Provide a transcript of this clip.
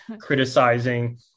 criticizing